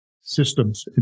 systems